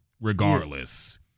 regardless